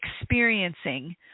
experiencing